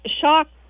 shocked